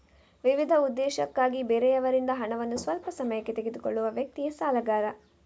ವಿವಿಧ ಉದ್ದೇಶಕ್ಕಾಗಿ ಬೇರೆಯವರಿಂದ ಹಣವನ್ನ ಸ್ವಲ್ಪ ಸಮಯಕ್ಕೆ ತೆಗೆದುಕೊಳ್ಳುವ ವ್ಯಕ್ತಿಯೇ ಸಾಲಗಾರ